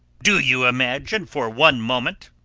do you imagine for one moment,